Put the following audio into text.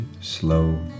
slow